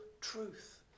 truth